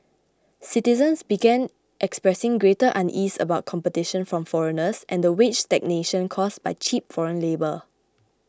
citizens began expressing greater unease about competition from foreigners and the wage stagnation caused by cheap foreign labour